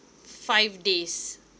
five days